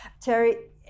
Terry